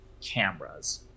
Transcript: cameras